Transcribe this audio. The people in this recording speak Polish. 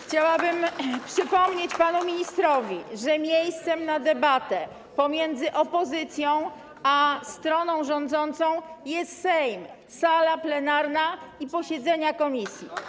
Chciałabym przypomnieć panu ministrowi, że miejscem na debatę pomiędzy opozycją a stroną rządząca jest Sejm: sala plenarna i posiedzenia komisji.